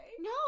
No